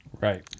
right